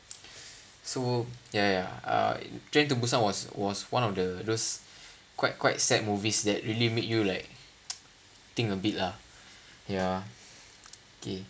so yeah yeah uh train to busan was was one of the just quite quite sad movies that really make you like think a bit lah yeah okay